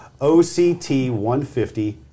OCT150